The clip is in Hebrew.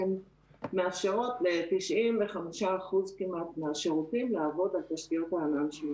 הן מאפשרות ל-95% כמעט מהשירותים לעבוד על תשתיות הענן של מייקרוסופט.